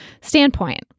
standpoint